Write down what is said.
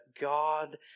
God